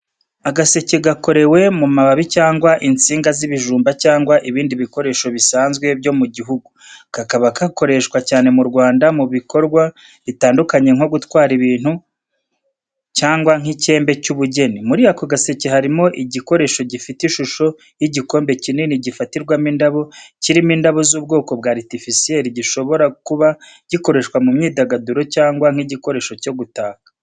Agaseke gakorewe mu mababi cyangwa insinga z'ibijumba cyangwa ibindi bikoresho bisanzwe byo mu gihugu, kakaba gakoreshwa cyane mu Rwanda mu bikorwa bitandukanye nko gutwara ibintu cyangwa nk’icyembe cy’ubugeni. Muri ako gaseke harimo igikoresho gifite ishusho y'igakombe kinini gifatirwamo indabo, kirimo indabo z’ubwoko bwa artificiel, gishobora kuba gikoreshwa mu myidagaduro cyangwa nk’igikoresho cyo gutaka.